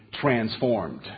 transformed